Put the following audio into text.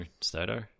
Stato